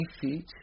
feet